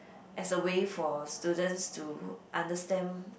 as a way for students to understand